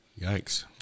Yikes